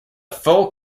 full